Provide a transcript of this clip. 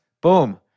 boom